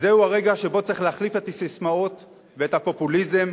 זהו הרגע שבו צריך להחליף את הססמאות ואת הפופוליזם